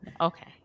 Okay